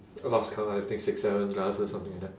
I lost count lah I think six seven glasses something like that